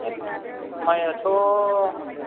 माइयाथ'